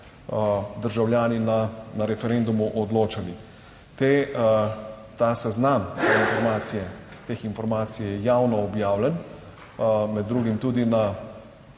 državljani na referendumu odločali. Te, ta seznam informacije teh informacij je javno objavljen med drugim tudi na